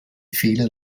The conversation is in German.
fehler